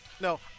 No